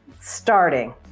starting